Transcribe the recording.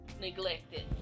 neglected